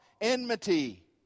enmity